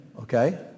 Okay